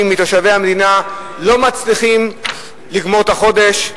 מתושבי המדינה לא מצליחים לגמור את החודש,